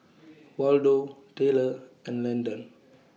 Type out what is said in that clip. Waldo Tayler and Lyndon